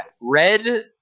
Red